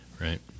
Right